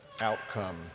outcome